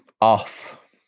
off